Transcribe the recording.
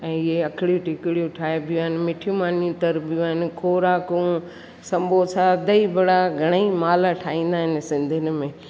ऐं इहे अखड़ी टिकिड़ियूं ठाहिबियूं आहिनि मिठी मानियूं तरबियूं आहिनि खोराकूं संबोसा दही वडा घणेई मालपुड़ा ठाहींदा आहिनि सिंधियुनि में